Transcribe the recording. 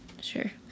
sure